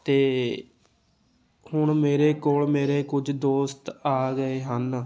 ਅਤੇ ਹੁਣ ਮੇਰੇ ਕੋਲ ਮੇਰੇ ਕੁਝ ਦੋਸਤ ਆ ਗਏ ਹਨ